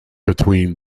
between